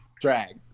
drag